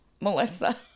Melissa